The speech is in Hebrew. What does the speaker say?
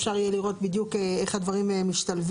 אפשר יהיה לראות בדיוק איך הדברים משתלבים.